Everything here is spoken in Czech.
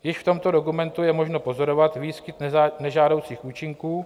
Již v tomto dokumentu je možno pozorovat výskyt nežádoucích účinků.